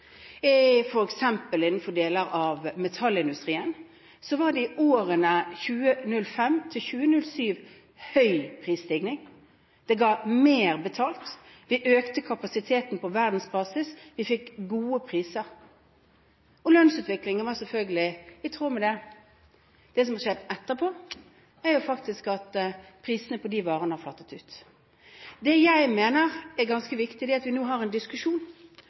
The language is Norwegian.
innenfor deler av metallindustrien var det i årene 2005–2007 høy prisstigning. Det ga mer betalt, vi økte kapasiteten på verdensbasis, vi fikk gode priser, og lønnsutviklingen var selvfølgelig i tråd med det. Det som har skjedd etterpå, er faktisk at prisene på de varene har flatet ut. Det jeg mener er ganske viktig, er at vi nå har en diskusjon